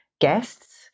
guests